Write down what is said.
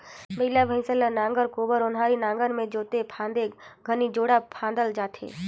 बइला भइसा ल नांगर, कोपर, ओन्हारी नागर मे जोते फादे घनी जोड़ा फादल जाथे